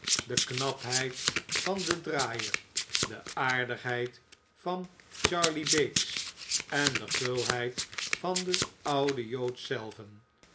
de knapheid van den draaier de aardigheid van charley bates en de gulheid van den ouden jood zelven